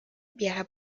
viaja